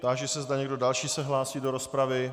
Táži se, zda někdo další se hlásí do rozpravy.